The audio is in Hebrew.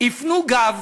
"הפנו גב